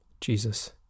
Jesus